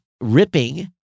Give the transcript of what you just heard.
ripping